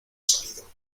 salido